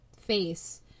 face